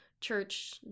church